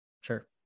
Sure